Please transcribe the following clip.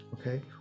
Okay